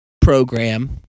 program